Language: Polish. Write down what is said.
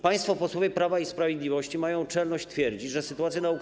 Państwo posłowie Prawa i Sprawiedliwości mają czelność twierdzić, że sytuacja na